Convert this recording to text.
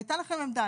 הייתה לכם עמדה,